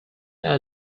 are